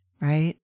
right